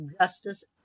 Justice